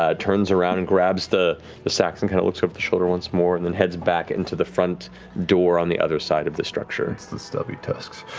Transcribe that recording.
ah turns around and grabs the the sacks and kind of looks over the shoulder once more and then heads back into the front door on the other side of the structure. travis it's the stubby tusks.